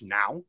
now